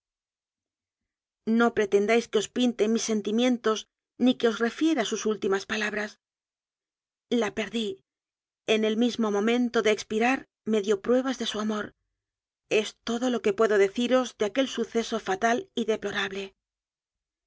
pretendáis que os pinte mis sentimientos ni que os refiera sus últimas palabras la perdí en el mismo momento de expirar me dió pruebas de su amor es todo lo que puedo deciros de aquel suceso fatal y deplorable